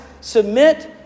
submit